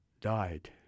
died